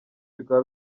bikaba